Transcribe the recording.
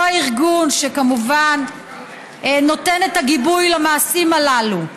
אותו ארגון שכמובן נותן את הגיבוי למעשים הללו.